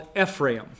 Ephraim